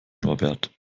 norbert